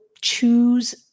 choose